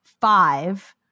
Five